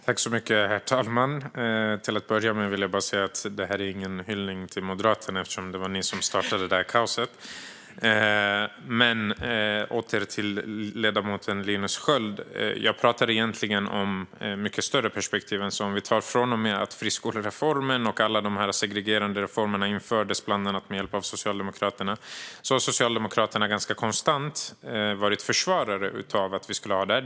Herr talman! Till att börja med vill jag säga att detta inte är någon hyllning till Moderaterna, som startade detta kaos. Åter till ledamoten Linus Sköld. Egentligen pratade jag om ett mycket större perspektiv. Från och med friskolereformen och alla de segregerande reformerna, som infördes med hjälp av bland andra Socialdemokraterna, har Socialdemokraterna ganska konstant varit försvarare av att vi ska ha detta.